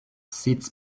sits